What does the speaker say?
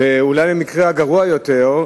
ואולי, במקרה הגרוע יותר,